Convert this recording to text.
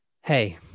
Hey